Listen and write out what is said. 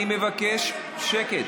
אני מבקש שקט.